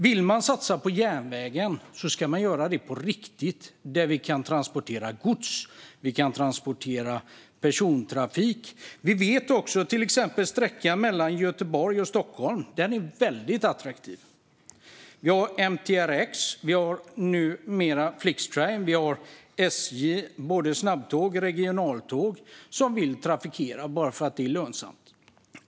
Vill man satsa på järnvägen ska man göra det på riktigt så att vi kan transportera gods och persontrafik. Vi vet också till exempel att sträckan mellan Göteborg och Stockholm är väldigt attraktiv. Vi har MTRX, vi har numera Flixtrain och vi har SJ med både snabbtåg och regionaltåg som vill trafikera bara för att det är lönsamt.